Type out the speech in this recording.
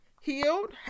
healed